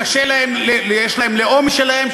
יש להם לאום משלהם,